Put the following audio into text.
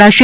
કરાશે